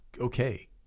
okay